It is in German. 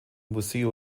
museo